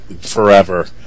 forever